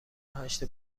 هشت